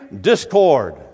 discord